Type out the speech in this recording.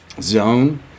zone